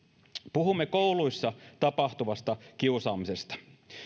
puhumme kouluissa tapahtuvasta kiusaamisesta